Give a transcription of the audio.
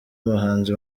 abahanzi